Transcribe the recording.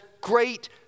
great